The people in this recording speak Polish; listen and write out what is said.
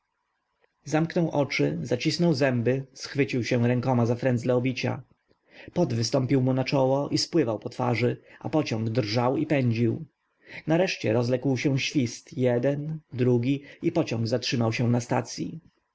zamknął oczy zaciął zęby schwycił się rękoma za frędzle obicia pot wystąpił mu na czoło i spływał po twarzy a pociąg drżał i pędził nareszcie rozległ się świst jeden drugi i pociąg zatrzymał się na stacyi